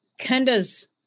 Kenda's